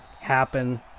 happen